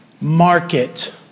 market